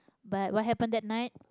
but what happened that night